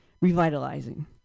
revitalizing